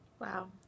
Wow